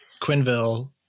Quinville